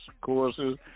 courses